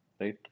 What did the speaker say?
right